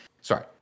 Sorry